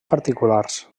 particulars